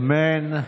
אמן.